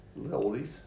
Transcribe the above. oldies